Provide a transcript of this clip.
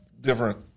different